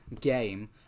game